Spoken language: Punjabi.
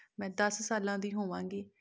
ਮੈਂ ਦਸ ਸਾਲਾਂ ਦੀ ਹੋਵਾਂਗੀ